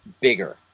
bigger